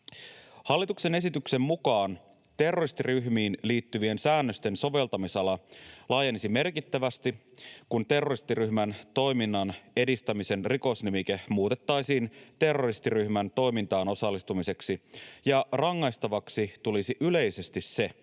Hallituksen esityksen mukaan terroristiryhmiin liittyvien säännösten soveltamisala laajenisi merkittävästi, kun terroristiryhmän toiminnan edistämisen rikosnimike muutettaisiin terroristiryhmän toimintaan osallistumiseksi ja rangaistavaksi tulisi yleisesti se,